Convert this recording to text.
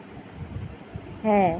হ্যাঁ